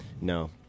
No